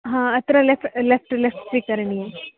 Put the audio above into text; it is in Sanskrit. हा अत्र लेफ़्ट् लेफ़्ट् लेफ़्ट् स्वीकरणीयं